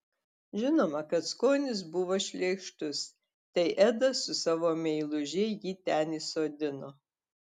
žinoma kad skonis buvo šleikštus tai edas su savo meiluže jį ten įsodino